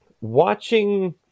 watching